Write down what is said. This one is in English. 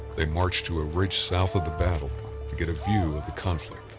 they marched to a ridge south of the battle to get a view of the conflict.